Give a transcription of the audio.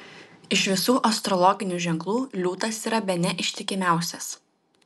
iš visų astrologinių ženklų liūtas yra bene ištikimiausias